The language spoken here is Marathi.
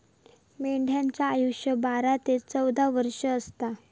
मेंढ्यांचा आयुष्य बारा ते चौदा वर्ष असता